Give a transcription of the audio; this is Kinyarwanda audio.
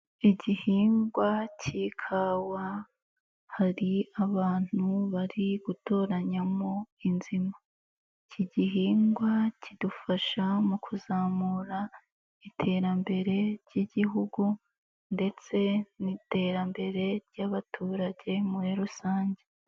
Igihingwa k'ikawa hari abantu bari gutoranyamo inzima, iki gihingwa kidufasha mu kuzamura iterambere ry'igihugu ndetse n'iterambere ry'abaturage muri rusange.